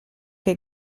che